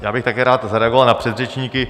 Já bych taky rád zareagoval na předřečníky.